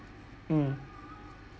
mm